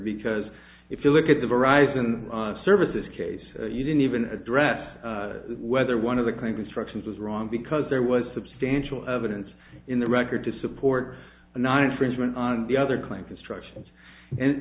because if you look at the rise in the services case you didn't even address whether one of the constructions was wrong because there was substantial evidence in the record to support and not infringement on the other claims instructions and